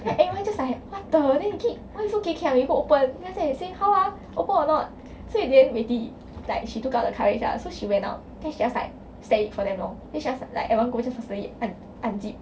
then everyone just like what the then they keep why you so geikiang you go open the after that they say how ah open or not so in the end weity like she took out the courage ah so she went out then she just like stare at it for damn long then she just like at one point just instantly un~ unzip